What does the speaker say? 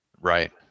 Right